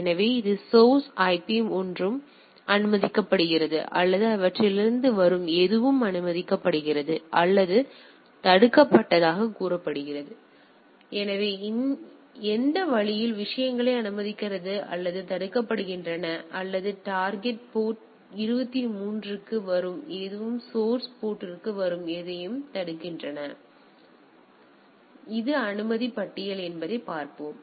எனவே எந்த source IP இது ஒன்றும் அனுமதிக்கப்படுகிறது அல்லது இவற்றிலிருந்து வரும் எதுவும் அனுமதிக்கப்படுகிறது அல்லது தடுக்கப்பட்டதாகக் கூறப்படுகிறது எனவே எந்த வழியில் விஷயங்கள் அனுமதிக்கப்படுகின்றன அல்லது தடுக்கப்படுகின்றன அல்லது டார்கெட் போர்ட் 23 க்கு வரும் எதுவும் சௌர்ஸ் போர்ட்ற்கு வரும் எதையும் தடுக்கின்றன எனவே இது அனுமதி பட்டியல் என்பதை பார்ப்போம்